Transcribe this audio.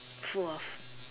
full of